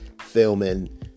filming